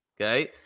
Okay